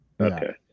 Okay